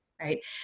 right